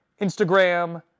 Instagram